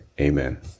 Amen